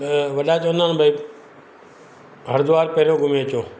त वॾा चवंदा आहिनि भई हरिद्वार पहिरियों घुमी अचो